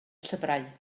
llyfrau